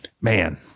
man